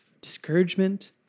discouragement